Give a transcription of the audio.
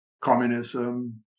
communism